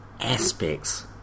aspects